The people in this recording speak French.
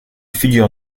figure